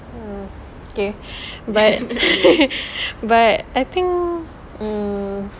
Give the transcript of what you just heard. okay but but I think mm